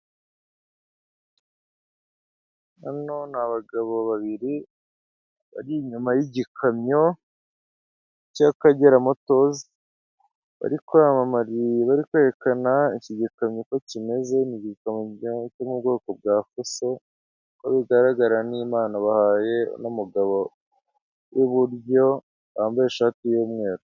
Hano ni abagabo babiri bari inyuma y'igikamyo cy'akagera motozi, bari kwerekana iki gikamyo uko kimeze ni igikamyo cyo mu bwoko bwa fuso uko bigaragara n'impano bahaye uno umugabo w'iburyo wambaye ishati y'umweru.